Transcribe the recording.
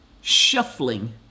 shuffling